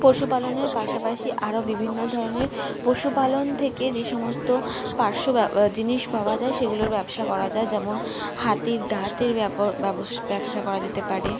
পশুপালনের পাশাপাশি আরও বিভিন্ন ধরনের পশুপালন থেকে যে সমস্ত পার্শ্ব ব জিনিস পাওয়া যায় সেগুলোর ব্যবসা করা যায় যেমন হাতির দাঁতের ব্যাপোর ব্যবোশ ব্যবসা করা যেতে পারে